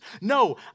No